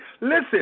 Listen